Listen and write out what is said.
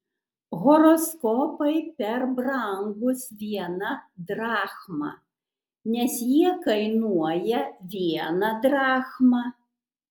horoskopai per brangūs viena drachma nes jie kainuoja vieną drachmą